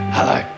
Hello